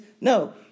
no